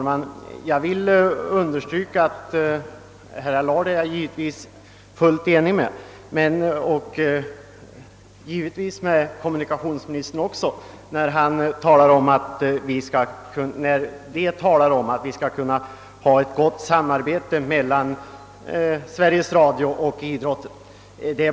Herr talman! Givetvis är jag fullt enig med herr Allard och med kommunikationsministern när de talar om behovet av gott samarbete mellan Sveriges Radio och idrotten.